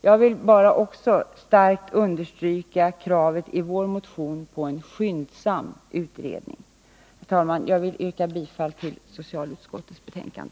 Jag vill bara starkt understryka kravet i vår motion på en skyndsam utredning. Herr talman! Jag vill yrka bifall till hemställan i socialutskottets betänkande.